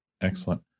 Excellent